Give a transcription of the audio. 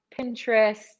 Pinterest